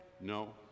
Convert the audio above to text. no